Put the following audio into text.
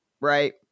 Right